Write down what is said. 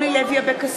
נגד אורלי לוי אבקסיס,